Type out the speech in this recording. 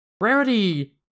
Rarity